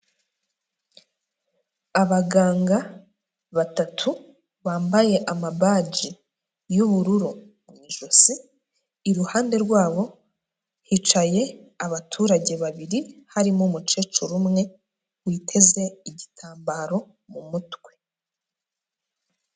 Abaganga batatu bambaye amabaji y'ubururu mu ijosi, iruhande rwabo hicaye abaturage babiri harimo umukecuru umwe witeze igitambaro mu mutwe.